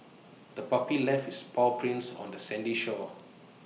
the puppy left its paw prints on the sandy shore